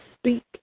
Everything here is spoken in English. speak